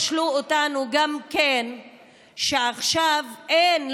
שגם לא ישלו אותנו שעכשיו אין,